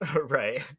Right